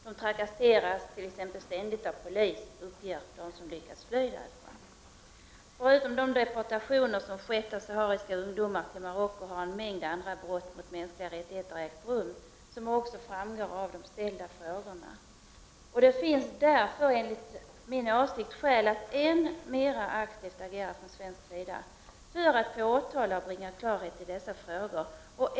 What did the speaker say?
De trakasseras t.ex. ständigt av polisen, uppger de som lyckats fly därifrån. Förutom de deportationer som skett av sahariska ungdomar till Marocko har en mängd andra brott mot mänskliga rättigheter ägt rum. Detta framgår också av de ställda frågorna. Det finns därför enligt min åsikt skäl för Sverige att agera än mer aktivt för att påtala dessa missförhållanden och bringa klarhet i dessa frågor.